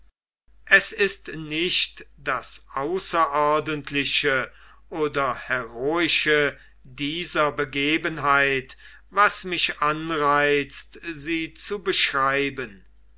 es ist nicht das außerordentliche oder heroische dieser begebenheit was mich anreizt sie zu beschreiben